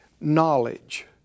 knowledge